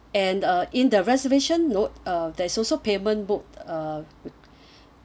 and uh in the reservation note uh there is also payment book uh